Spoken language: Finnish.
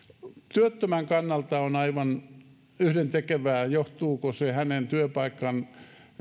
työttömän kannalta on aivan yhdentekevää johtuuko se hänen työpaikan